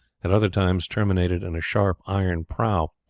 at other times terminated in a sharp iron prow,